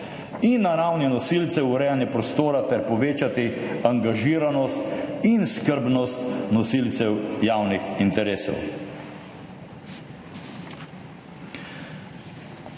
in na ravni nosilcev urejanja prostora ter povečati angažiranost in skrbnost nosilcev javnih interesov.